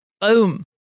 Boom